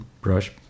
brush